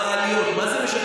מה זה משנה?